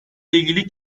ilgili